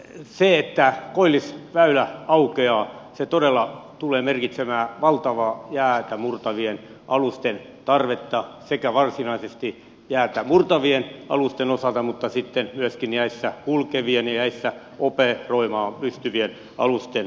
se että koillisväylä aukeaa todella tulee merkitsemään valtavaa jäätä murtavien alusten tarvetta sekä varsinaisesti jäätä murtavien alusten osalta mutta sitten myöskin jäissä kulkevien ja jäissä operoimaan pystyvien alusten osalta